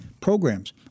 programs